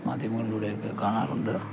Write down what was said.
മാധ്യമങ്ങളിലൂടെയൊക്കെ കാണാറുണ്ട്